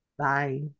Bye